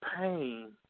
pain